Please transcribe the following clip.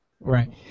Right